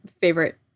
favorite